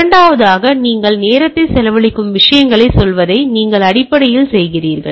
இரண்டாவதாக நீங்கள் நேரத்தைச் செலவழிக்கும் விஷயங்களைச் சொல்வதை நீங்கள் அடிப்படையில் செய்கிறீர்கள்